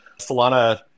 solana